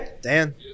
Dan